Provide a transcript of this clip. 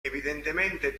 evidentemente